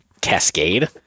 cascade